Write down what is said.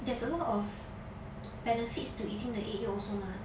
there's a lot of benefits to eating the egg yolk also mah